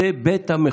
זה בית המחוקקים.